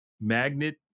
magnet